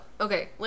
okay